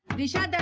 disha.